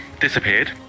disappeared